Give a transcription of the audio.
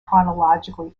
chronologically